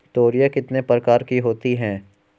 तोरियां कितने प्रकार की होती हैं?